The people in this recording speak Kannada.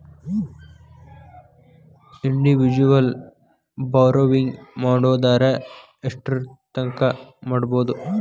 ಇಂಡಿವಿಜುವಲ್ ಬಾರೊವಿಂಗ್ ಮಾಡೊದಾರ ಯೆಷ್ಟರ್ತಂಕಾ ಮಾಡ್ಬೋದು?